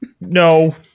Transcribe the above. No